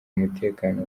umutekano